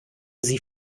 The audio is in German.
sie